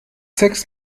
sechs